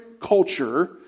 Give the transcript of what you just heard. culture